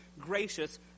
gracious